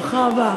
ברוכה הבאה.